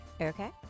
Okay